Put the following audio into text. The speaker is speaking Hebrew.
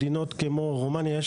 רומניה?